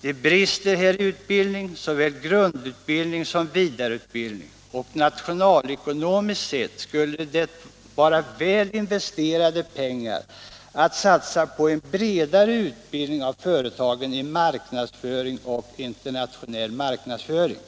Det brister här i utbildning, såväl i grundutbildning som i vidareutbildning, och nationalekonomiskt sett skulle det vara väl investerade pengar att satsa på en bredare utbildning inom företagen i marknadsföring och internationell marknadsföring.